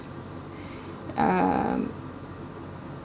um